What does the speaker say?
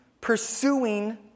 pursuing